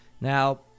Now